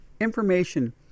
information